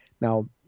Now